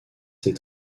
ses